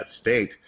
state